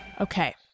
Okay